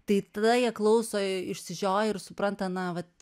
tai tada jie klauso išsižioję ir supranta na vat